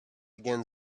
again